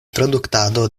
produktado